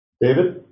David